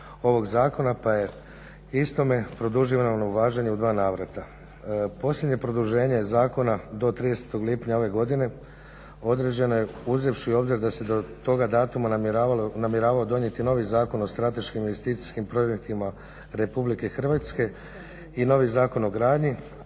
ovog zakona pa je istome produživano važenje u dva navrata. Posljednje produženje zakona do 30. lipnja ove godine određeno je uzevši u obzir da se do toga datuma namjeravao donijeti novi Zakon o strateškim investicijskim projektima Republike Hrvatske i novi Zakon o gradnji,